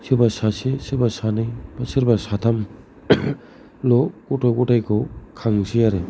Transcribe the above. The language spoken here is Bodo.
सोरबा सासे सोरबा सानै सोरबा साथाम ल' गथ' गथायखौ खांसै आरो